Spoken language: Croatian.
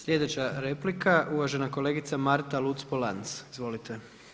Sljedeća replika, uvažena kolegica Marta Luc-Polanc, izvolite.